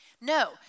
No